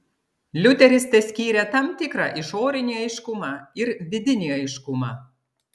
liuteris teskyrė tam tikrą išorinį aiškumą ir vidinį aiškumą